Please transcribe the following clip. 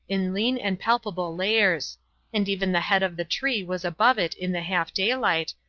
in lean and palpable layers and even the head of the tree was above it in the half-daylight,